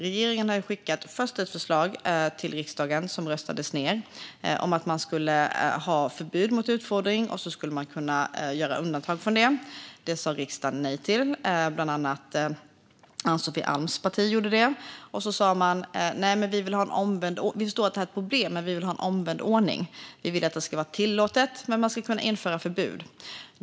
Regeringen skickade därför först ett förslag till riksdagen, som röstades ned, om att man skulle ha ett förbud mot utfodring som man sedan skulle kunna göra undantag från. Det sa riksdagen nej till. Bland annat Ann-Sofie Alms parti gjorde det. Man sa: Vi förstår att detta är ett problem, men vi vill ha en omvänd ordning. Vi vill att det ska vara tillåtet, men man ska kunna införa förbud.